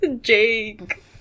Jake